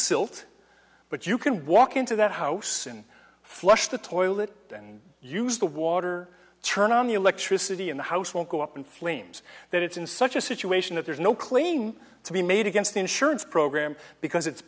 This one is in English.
silt but you can walk into that house and flush the toilet and use the water to turn on the electricity in the house won't go up in flames that it's in such a situation that there's no claim to be made against insurance program because it's